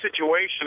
situation